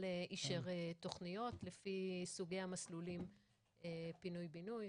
אישר תכניות לפי סוגי המסלולים של פינוי-בינוי,